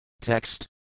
Text